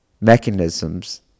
mechanisms